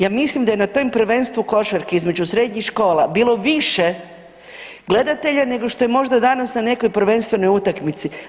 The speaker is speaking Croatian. Ja mislim da je na tom prvenstvu u košarki između srednjih škola bilo više gledatelja nego što je možda danas na nekoj prvenstvenoj utakmici.